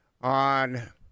on